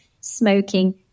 smoking